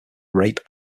rape